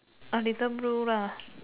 a different rule lah